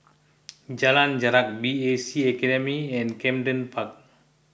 Jalan Jarak B C A Academy and Camden Park